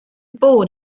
born